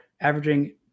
averaging